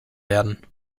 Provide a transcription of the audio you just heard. werden